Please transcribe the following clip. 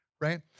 right